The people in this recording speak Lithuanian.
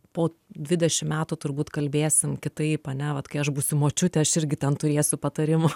po dvidešimt metų turbūt kalbėsim kitaip ane vat kai aš būsiu močiutė aš irgi ten turėsiu patarimų